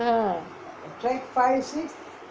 ah